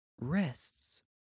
rests